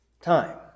time